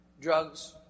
Drugs